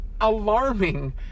alarming